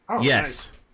Yes